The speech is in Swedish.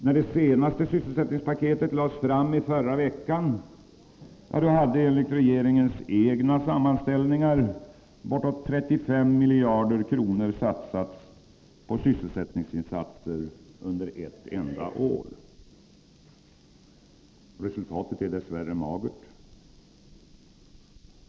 När det senaste sysselsättningspaketet lades fram i förra veckan hade enligt regeringens egna sammanställningar bortåt 35 miljarder kronor satsats på sysselsättningsinsatser under ett enda år. Resultatet är dess värre magert.